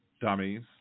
Dummies